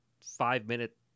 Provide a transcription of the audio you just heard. five-minute